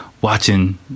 watching